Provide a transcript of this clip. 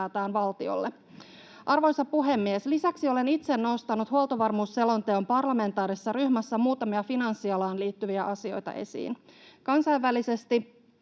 ylipäätään valtiolle. Arvoisa puhemies! Lisäksi olen itse nostanut huoltovarmuusselonteon parlamentaarisessa ryhmässä muutamia finanssialaan liittyviä asioita esiin. Kansainvälisesti